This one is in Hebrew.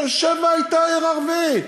באר-שבע הייתה עיר ערבית.